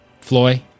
Floy